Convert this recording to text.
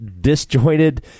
disjointed